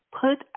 put